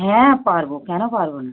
হ্যাঁ পারবো কেন পারবো না